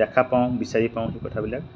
দেখা পাওঁ বিচাৰি পাওঁ সেই কথাবিলাক